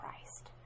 Christ